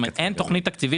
אין תוכנית תקציבית.